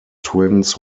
twins